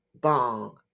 bong